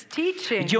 teaching